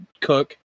cook